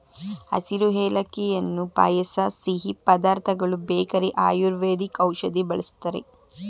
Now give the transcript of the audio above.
ಹಸಿರು ಏಲಕ್ಕಿಯನ್ನು ಪಾಯಸ ಸಿಹಿ ಪದಾರ್ಥಗಳು ಬೇಕರಿ ಆಯುರ್ವೇದಿಕ್ ಔಷಧಿ ಬಳ್ಸತ್ತರೆ